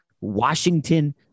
Washington